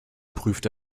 prüfte